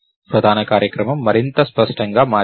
ప్రధాన కార్యక్రమం మరింత స్పష్టంగా మారింది